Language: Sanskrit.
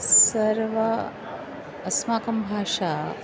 सर्वं अस्माकं भाषा